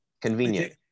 Convenient